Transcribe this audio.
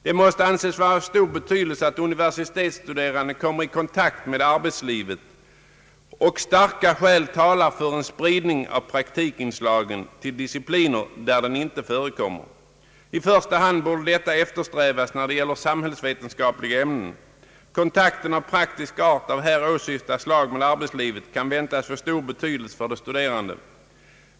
Det måste anses vara av stor betydelse att de universitetsstuderande kommer i kontakt med arbetslivet, och starka skäl talar för en spridning av praktikinslagen till discipliner där de inte förekommer. I första hand borde detta eftersträvas när det gäller samhällsvetenskapliga ämnen. Praktiska kontakter av här åsyftat slag med arbetslivet kan väntas få stor betydelse för de studerande.